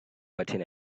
button